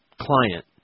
client